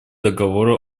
договора